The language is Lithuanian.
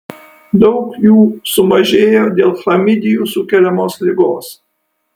daug jų sumažėjo dėl chlamidijų sukeliamos ligos